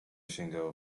sięgało